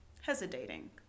hesitating